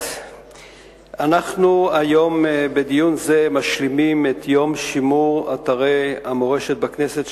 בדיון זה היום אנחנו משלימים את יום שימור אתרי המורשת בכנסת,